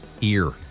Ear